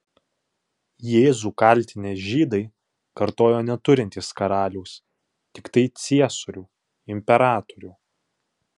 jėzų kaltinę žydai kartojo neturintys karaliaus tiktai ciesorių imperatorių